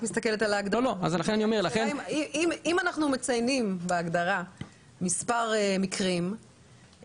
אם אנחנו מציינים בהגדרה מספר מקרים,